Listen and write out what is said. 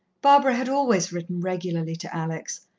barbara had always written regularly to alex,